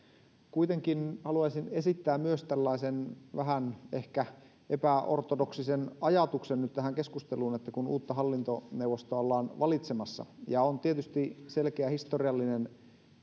kuitenkin haluaisin esittää myös tällaisen vähän ehkä epäortodoksisen ajatuksen nyt tähän keskusteluun kun uutta hallintoneuvosta ollaan valitsemassa on tietysti selkeä historiallinen